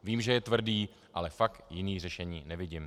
Vím, že je tvrdý, ale fakt jiné řešení nevidím.